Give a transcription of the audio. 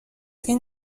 این